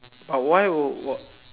why would why